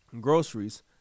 groceries